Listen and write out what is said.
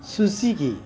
Suzuki